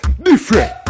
different